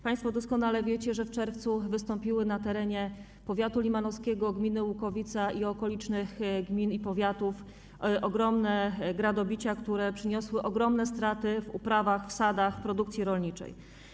Państwo doskonale wiecie, że w czerwcu na terenie powiatu limanowskiego, gminy Łukowica, okolicznych gmin i powiatów wystąpiły ogromne gradobicia, które przyniosły ogromne straty w uprawach, w sadach, w produkcji rolniczej.